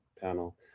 panel